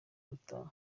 arataha